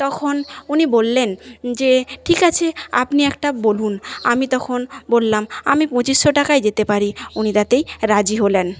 তখন উনি বললেন যে ঠিক আছে আপনি একটা বলুন আমি তখন বললাম আমি পঁচিশশো টাকায় যেতে পারি উনি তাতেই রাজি হলেন